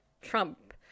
Trump